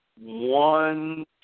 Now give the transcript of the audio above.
one